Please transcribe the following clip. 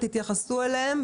תתייחסו אליהם,